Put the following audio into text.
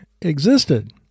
existed